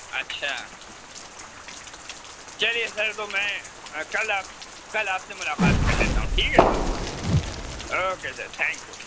اچھا چلیے سر تو میں کل آپ کل آپ سے ملاقات کر لیتا ہوں ٹھیک ہے sir okay sir thank you